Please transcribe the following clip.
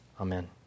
amen